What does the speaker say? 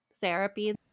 therapy